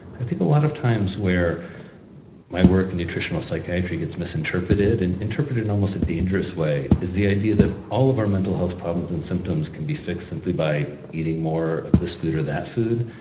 a lot of times where my work in nutritional psychiatry gets misinterpreted and interpreted in almost a dangerous way is the idea that all of our mental health problems and symptoms can be fixed simply by eating more of this food or that food.